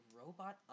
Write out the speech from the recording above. robot